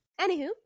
Anywho